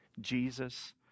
Jesus